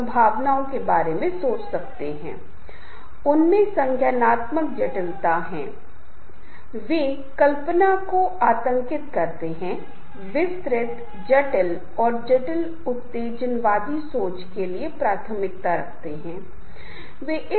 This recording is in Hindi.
अब समूह प्रक्रियाएँ पर आते हैं एक समूह द्वारा निर्णय लेना बेहतर है क्योंकि समूह अधिक जानकारी उत्पन्न करता है और ज्ञान विविध विकल्प उत्पन्न करता है समाधान की स्वीकृति बढ़ाता है और वैधता बढ़ाता है इसमें प्रक्रियाओं में संचार संघर्ष प्रबंधन और नेतृत्व भी शामिल है